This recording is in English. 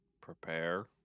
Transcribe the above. prepare